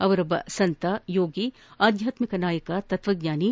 ಅಮೊಬ್ಬ ಸಂತ ಯೋಗಿ ಆಧ್ಯಾಕ್ಷಿಕ ನಾಯಕ ತಕ್ಷಜ್ಞಾನಿ